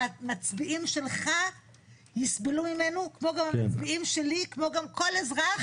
והמצביעים שלך יסבלו ממנו כמו גם המצביעים שלי כמו גם כל אזרח